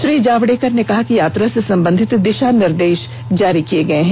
श्री जावडेकर ने कहा कि यात्रा से संबंधित दिशा निर्देश भी जारी किये गये हैं